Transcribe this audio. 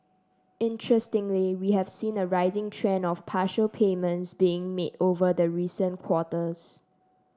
interestingly we have seen a rising trend of partial payments being made over the recent quarters